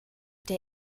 der